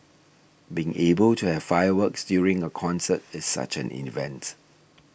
being able to have fireworks during a concert is such an event